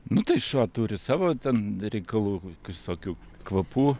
nu tai šuo turi savo ten reikalų visokių kvapų